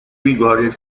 regarded